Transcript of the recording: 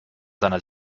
seiner